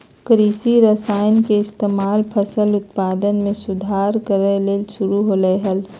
कृषि रसायन के इस्तेमाल फसल उत्पादन में सुधार करय ले शुरु होलय हल